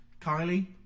Kylie